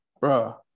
bro